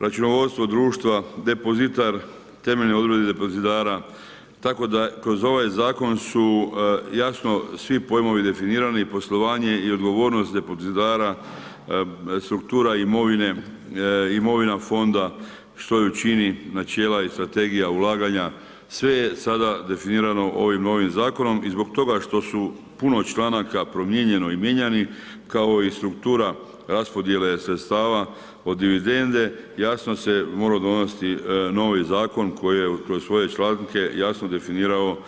Računovodstvo društva depozitar, temeljne odredbe depozitara, tako da kroz ovaj Zakon su jasno svi pojmovi definirani i poslovanje i odgovornost depozitara, struktura imovine, imovina Fonda, što ju čini, načela i strategija ulaganja, sve je sada definirano ovim novim Zakonom i zbog toga što su puno članaka promijenjeno i mijenjani kao i struktura raspodjele sredstava od dividende, jasno se mora donositi novi Zakon koji je kroz svoje članke jasno definirao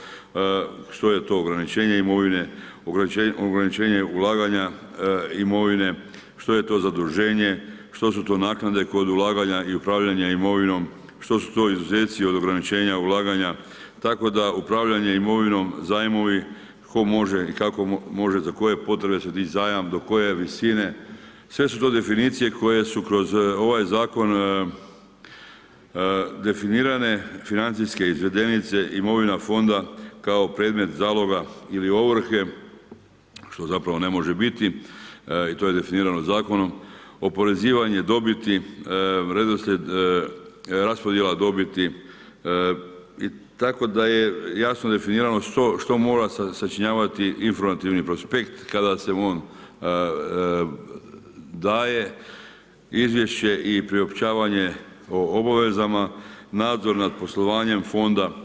što je to ograničenje imovine, ograničenje ulaganja imovine, što je to zaduženje, što su to naknade kod ulaganja i upravljanje imovinom, što su to izuzeci od ograničenja ulaganja, tako da upravljanje imovinom, zajmovi, tko može i kako može, za koje potvrde će dić zajam, do koje visine, sve su to definicije koje su kroz ovaj Zakon definirane financijske izvedenice, imovina fonda kao predmet zaloga ili ovrhe, što zapravo ne može biti i to je definirano Zakonom, oporezivanje dobiti, redoslijed, raspodjela dobiti, tako da je jasno definirano što mora sačinjavati informativni prospekt kada se on daje, izvješće i priopćavanje o obavezama, nadzor nad poslovanjem Fonda.